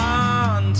on